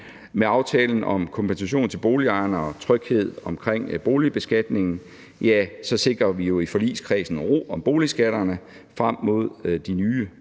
Med aftalen om kompensation til boligejerne og tryghed omkring boligbeskatningen sikrer vi jo i forligskredsen ro om boligskatterne frem mod den nye